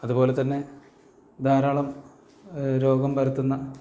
അതുപോലെ തന്നെ ധാരാളം രോഗം പരത്തുന്ന